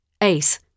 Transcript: Ace